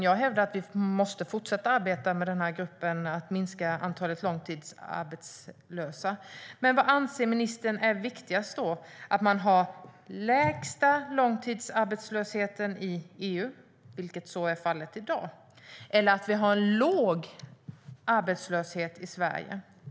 Jag hävdar att vi måste fortsätta arbeta för att minska antalet långtidsarbetslösa. Vad anser ministern är viktigast, att vi har den lägsta långtidsarbetslösheten i EU, vilket är fallet i dag, eller att vi har en låg arbetslöshet i Sverige?